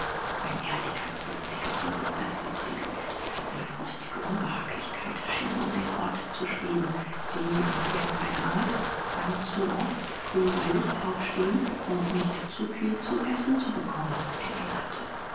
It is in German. ein erdiger dumpfiger geruch erfüllte die luft eine frostige unbehaglichkeit schien um den ort zu schweben die auf irgend eine art an zu oft früh bei licht aufstehen und nicht zu viel zu essen zu bekommen erinnerte